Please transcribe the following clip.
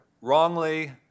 wrongly